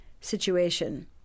situation